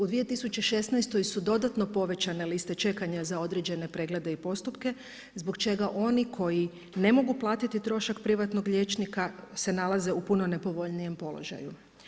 U 2016. su dodatno povećane liste čekanja za određene preglede i postupke zbog čega oni koji ne mogu platiti trošak privatnog liječnika se nalaze u puno nepovoljnijem položaju.